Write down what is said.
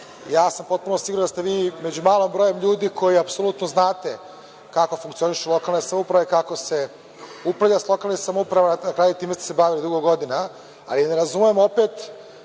potpuno sam siguran da ste vi među malim brojem ljudi koji apsolutno znate kako funkcionišu lokalne samouprave, kako se upravlja sa lokalnim samoupravama, na kraju time ste se bavili dugo godina, ali ne razumem opet,